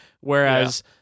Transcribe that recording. whereas